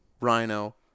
Rhino